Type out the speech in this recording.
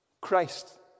Christ